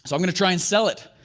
so i'm gonna try and sell it.